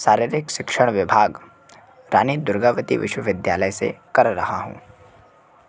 शारीरिक शिक्षण विभाग रानी दुर्गावती विश्वविद्यालय से कर रहा हूँ